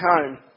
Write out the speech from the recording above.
home